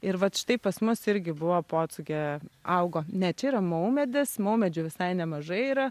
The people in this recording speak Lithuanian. ir vat štai pas mus irgi buvo pocūgė augo ne čia yra maumedis maumedžių visai nemažai yra